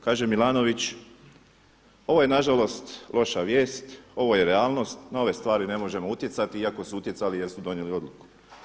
Kaže Milanović ovo je nažalost loša vijest, ovo je realnost na ove stvari ne možemo utjecati iako su utjecali jer su donijeli odluku.